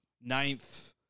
Ninth